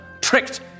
tricked